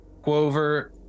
Quover